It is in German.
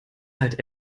halt